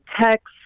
text